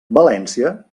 valència